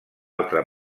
altra